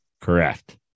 Correct